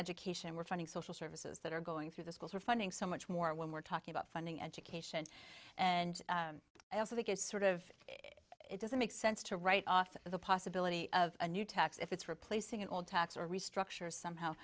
education we're funding social services that are going through the schools or funding so much more when we're talking about funding education and i also think it's sort of it doesn't make sense to write off the possibility of a new tax if it's replacing an old tax or restructure somehow